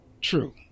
True